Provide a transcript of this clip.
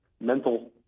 mental